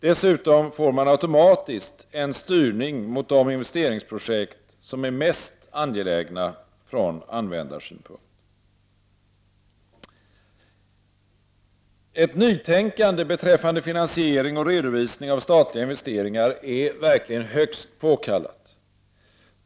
Dessutom får man automatiskt en styrning mot de investeringsprojekt som är mest angelägna från användarsynpunkt. Ett nytänkande beträffande finansiering och redovisning av statliga investeringar är verkligen högst påkallat.